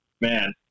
man